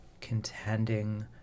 contending